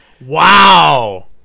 Wow